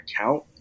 account